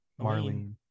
Marlene